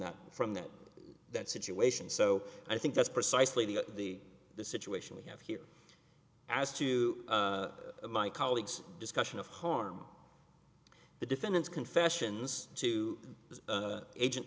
that from that that situation so i think that's precisely the the the situation we have here as two of my colleagues discussion of harm the defendant's confessions to agent